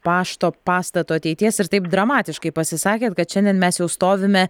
pašto pastato ateities ir taip dramatiškai pasisakėt kad šiandien mes jau stovime